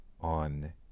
on